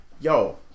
yo